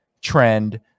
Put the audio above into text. trend